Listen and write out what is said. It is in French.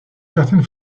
certaine